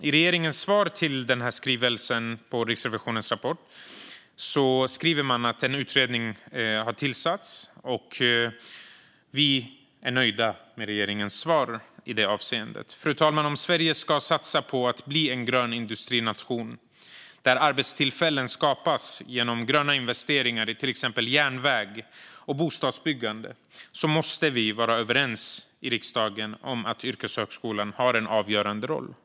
I regeringens svar till skrivelsen om Riksrevisionen rapport skriver man att en utredning har tillsatts. Vi är nöjda med regeringens svar i det avseendet. Fru talman! Om Sverige ska satsa på att bli en grön industrination där arbetstillfällen skapas genom gröna investeringar i till exempel järnväg och bostadsbyggande måste vi vara överens i riksdagen om att yrkeshögskolan har en avgörande roll.